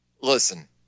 listen